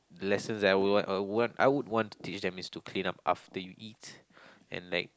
lesson that I will want I would want I would want to teach them is to clean up after you eat and like